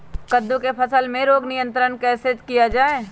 कददु की फसल में रोग नियंत्रण कैसे किया जाए?